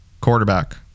quarterback